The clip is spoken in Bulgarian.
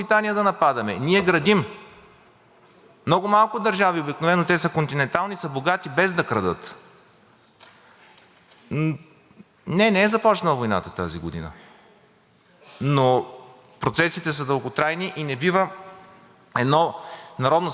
Не, не е започнала войната тази година, но процесите са дълготрайни. Не бива едно Народно събрание като Четиридесет и осмото, което дори не може да излъчи правителство, а по Конституция това е основната роля на едно Народно събрание,